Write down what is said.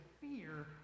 fear